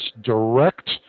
direct